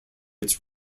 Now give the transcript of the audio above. its